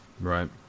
right